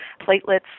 platelets